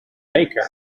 baker